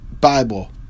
Bible